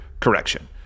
Correction